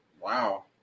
Wow